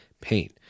pain